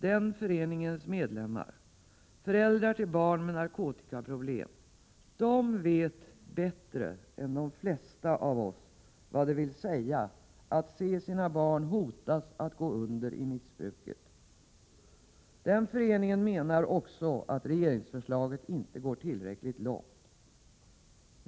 Den föreningens medlemmar, föräldrar till barn med narkotikaproblem, vet verkligen bättre än de flesta av oss vad det vill säga att se sina barn hotas att gå under i missbruket. Den föreningen menar också att regeringsförslaget inte går tillräckligt långt.